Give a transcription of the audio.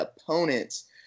opponents